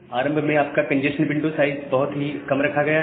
आरंभ में आपका कंजेस्शन विंडो साइज बहुत ही कम रखा गया है